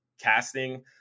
casting